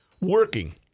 working